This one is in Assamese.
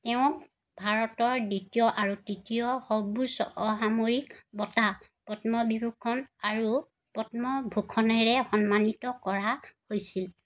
তেওঁক ভাৰতৰ দ্বিতীয় আৰু তৃতীয় সৰ্বোচ্চ অসামৰিক বঁটা পদ্মবিভূষণ আৰু পদ্মভূষণেৰে সন্মানিত কৰা হৈছিল